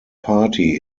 party